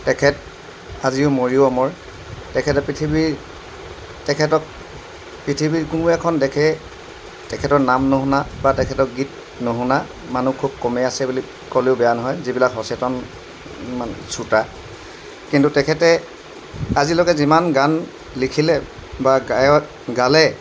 তেখেত আজিও মৰিও অমৰ তেখেতে পৃথিৱীৰ তেখেতক পৃথিৱীৰ কোনো এখন দেশে তেখেতৰ নাম নুশুনা বা তেখেতৰ গীত নুশুনা মানুহ খুব কমেই আছে বুলি ক'লেও বেয়া নহয় যিবিলাক সচেতন মানে শ্ৰুতা কিন্তু তেখেতে আজিলৈকে যিমান গান লিখিলে বা গায়ক গালে